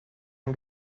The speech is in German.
ein